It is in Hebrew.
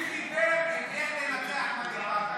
מי חיבר את "איך לנצח מגפה"?